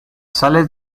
sales